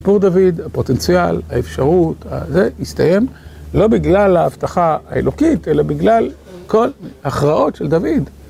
סיפור דוד, הפוטנציאל, האפשרות, זה הסתיים לא בגלל ההבטחה האלוקית, אלא בגלל כל ההכרעות של דוד.